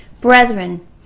brethren